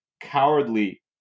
cowardly